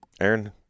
Aaron